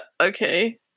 okay